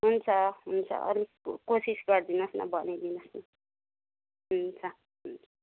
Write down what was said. हुन्छ हुन्छ अलिक कोसिस गरिदिनुहोस् न भनिदिनुहोस् न हुन्छ हुन्छ